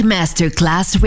Masterclass